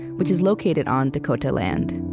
which is located on dakota land.